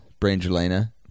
Brangelina